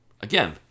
Again